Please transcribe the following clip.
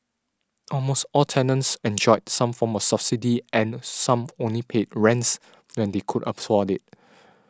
almost all tenants enjoyed some form of subsidy and some only paid rents when they could afford it